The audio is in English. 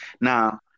Now